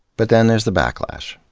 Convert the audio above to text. but then there's the backlash.